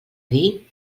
dir